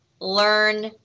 learn